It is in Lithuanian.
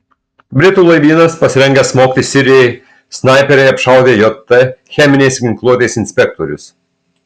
britų laivynas pasirengęs smogti sirijai snaiperiai apšaudė jt cheminės ginkluotės inspektorius